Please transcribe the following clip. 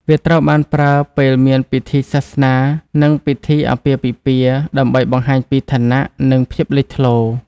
វាត្រូវបានប្រើពេលមានពិធីសាសនានិងពិធីអាពាហ៍ពិពាហ៍ ដើម្បីបង្ហាញពីឋានៈ និងភាពលេចធ្លោ។